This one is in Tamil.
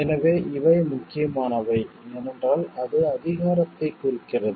எனவே இவை முக்கியமானவை ஏனென்றால் அது அதிகாரத்தைக் குறிக்கிறது